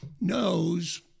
knows